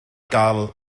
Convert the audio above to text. gael